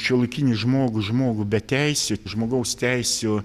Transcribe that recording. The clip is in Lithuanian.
šiuolaikinį žmogų žmogų beteisių žmogaus teisių